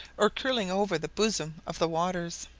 or curling over the bosom of the waters.